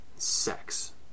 sex